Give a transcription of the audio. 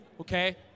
okay